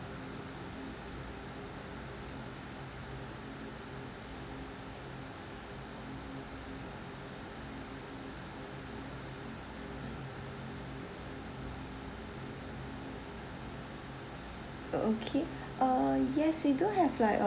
okay uh yes we do have like a